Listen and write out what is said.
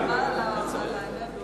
זה לא ראוי אפילו לתגובות, חבל על האנרגיות.